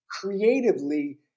creatively